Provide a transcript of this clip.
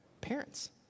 parents